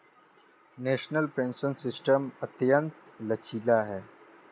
national pension system अत्यंत लचीला है